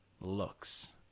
looks